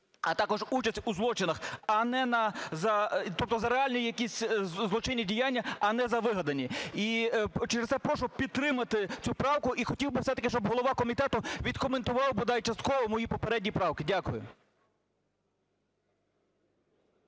а також участь у злочинах, тобто за реальні якісь злочинні діяння, а не за вигадані. І через те прошу підтримати цю правку. І хотів би все-таки, щоб голова комітету відкоментував, бодай частково, мої попередні правки. Дякую.